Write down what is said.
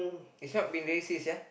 it's not being racist ya